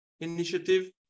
initiative